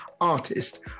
artist